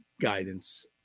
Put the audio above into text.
guidance